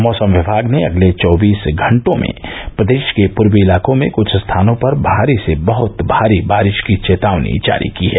मौसम विभाग ने अगले चौबीस घंटों में प्रदेश के पूर्वी इलाकों में कुछ स्थानों पर भारी से बहत भारी बारिश की चेतावनी जारी की है